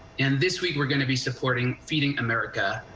and this week we're going to be supporting feeding america.